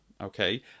okay